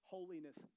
Holiness